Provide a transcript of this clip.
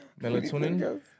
Melatonin